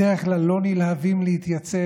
בדרך כלל, לא נלהבים להתייצב